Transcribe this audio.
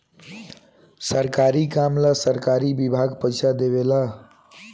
सरकारी काम ला सरकारी विभाग पइसा देवे ला